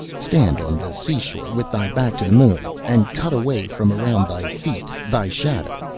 stand on the sea-shore with thy back to the moon, and cut away from around thy feet thy shadow,